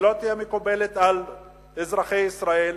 שלא תהיה מקובלת על אזרחי ישראל,